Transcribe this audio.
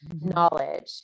knowledge